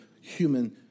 human